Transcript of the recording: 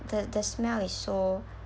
the the smell is so